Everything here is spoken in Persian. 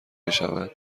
بشوند